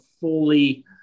fully